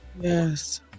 yes